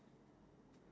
pardon